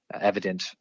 evident